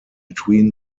between